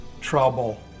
trouble